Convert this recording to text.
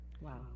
Wow